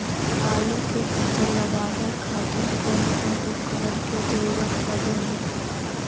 आलू के फसल लगावे खातिर कौन कौन उपकरण के जरूरत पढ़ो हाय?